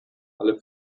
alle